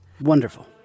Wonderful